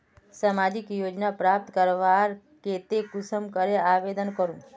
सामाजिक योजना प्राप्त करवार केते कुंसम करे आवेदन करूम?